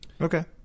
Okay